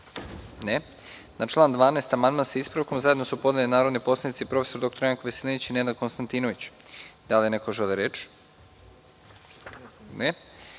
Ne. Na član 12. amandman, sa ispravkom, zajedno su podneli narodni poslanici prof. dr Janko Veselinović i Nenad Konstantinović. Da li neko želi reč? Ne. Na